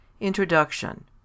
Introduction